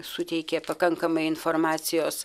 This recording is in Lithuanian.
suteikė pakankamai informacijos